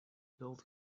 build